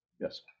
Yes